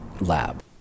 lab